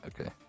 Okay